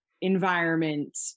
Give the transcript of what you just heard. Environment